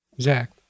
Zach